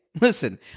Listen